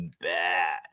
bad